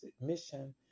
mission